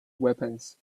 weapons